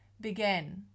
began